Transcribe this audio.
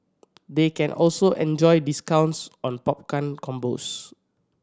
they can also enjoy discounts on popcorn combos